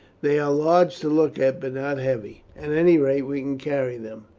they are large to look at, but not heavy. at any rate we can carry them.